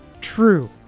True